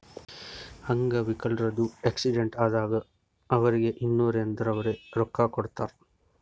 ಅಂಗ್ ವಿಕಲ್ರದು ಆಕ್ಸಿಡೆಂಟ್ ಆದಾಗ್ ಅವ್ರಿಗ್ ಇನ್ಸೂರೆನ್ಸದವ್ರೆ ರೊಕ್ಕಾ ಕೊಡ್ತಾರ್